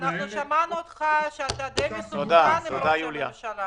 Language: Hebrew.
שמענו אותך שאתה די מסונכרן עם ראש הממשלה.